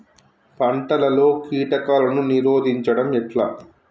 పంటలలో కీటకాలను నిరోధించడం ఎట్లా?